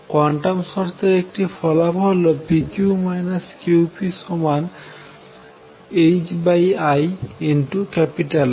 quantum শর্তের একটি ফলাফল হল p q q p ℏiI